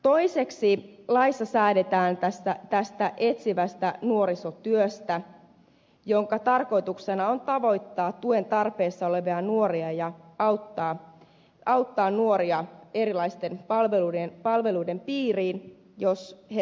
toiseksi laissa säädetään tästä etsivästä nuorisotyöstä jonka tarkoituksena on tavoittaa tuen tarpeessa olevia nuoria ja auttaa nuoria erilaisten palveluiden piiriin jos he tukitoimiansa tarvitsevat